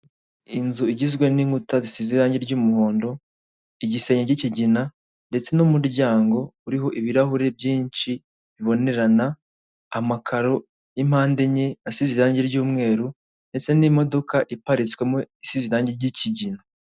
Inzu igizwe n'inkuta zisize irangi ry'umuhondo, igisenge k'ikigina ndetse n'umuryango uriho ibirahuri byinshi bibonerana, amakaro y'impande enye asize irangi ry'umweru ndetse n'imodoka iparitsemo isize irangi ry'ikigina.